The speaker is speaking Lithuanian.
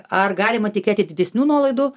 ar galima tikėtis didesnių nuolaidų